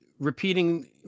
repeating